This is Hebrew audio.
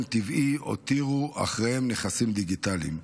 טבעי הותירו אחריהם נכסים דיגיטליים.